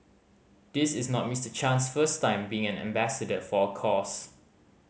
this is not Mister Chan's first time being an ambassador for a cause